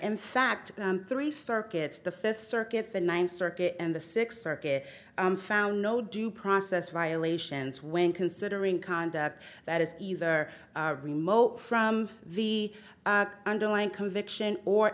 in fact three circuits the fifth circuit the ninth circuit and the sixth circuit found no due process rial ations when considering conduct that is either remote from the underlying conviction or